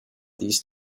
these